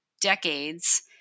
decades